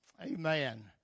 Amen